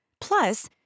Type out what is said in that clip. Plus